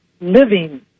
Living